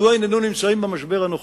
מדוע אנחנו נמצאים במשבר הנוכחי?